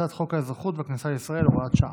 הצעת חוק האזרחות והכניסה לישראל (הוראת שעה).